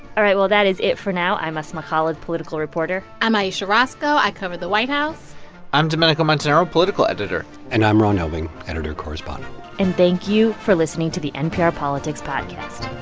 all right. well, that is it for now. i'm asma khalid, political reporter i'm ayesha rascoe. i cover the white house i'm domenico montanaro, political editor and i'm ron elving, editor correspondent and thank you for listening to the npr politics podcast